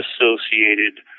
associated